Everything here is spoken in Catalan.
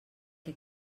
que